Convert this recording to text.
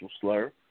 slur